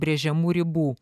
prie žemų ribų